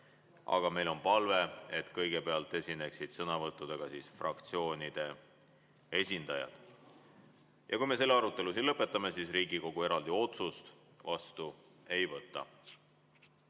Aga meil on palve, et kõigepealt esineksid sõnavõttudega fraktsioonide esindajad. Kui me selle arutelu lõpetame, siis Riigikogu eraldi otsust vastu ei võta.